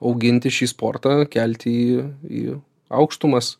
auginti šį sportą kelti jį į aukštumas